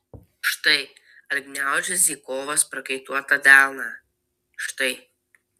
štai atgniaužia zykovas prakaituotą delną štai